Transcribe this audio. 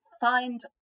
find